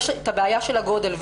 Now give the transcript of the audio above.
יש את הבעיה של הגודל.